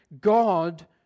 God